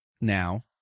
now